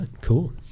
Cool